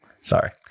Sorry